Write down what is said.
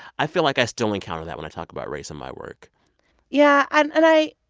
i feel like i still encounter that when i talk about race in my work yeah. and and i,